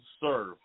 serve